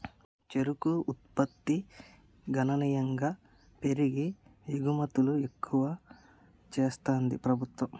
చెరుకు ఉత్పత్తి గణనీయంగా పెరిగి ఎగుమతులు ఎక్కువ చెస్తాంది ప్రభుత్వం